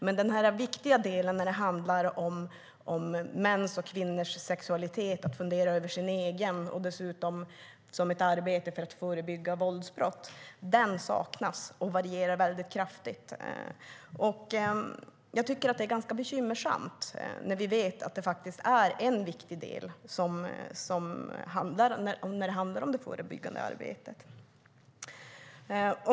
Men den viktiga delen som handlar om mäns och kvinnors sexualitet, om att fundera över sin egen sexualitet och dessutom som ett arbete för att förebygga våldsbrott saknas och varierar kraftigt. Jag tycker att det är ganska bekymmersamt eftersom vi vet att det är en viktig del i det förebyggande arbetet.